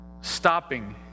stopping